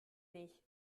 nicht